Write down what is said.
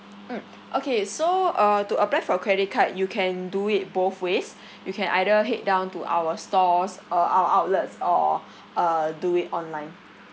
mm okay so uh to apply for a credit card you can do it both ways you can either head down to our stores uh our outlets or uh do it online